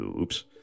Oops